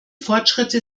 fortschritte